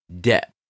debt